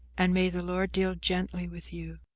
and may the lord deal gently with you.